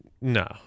No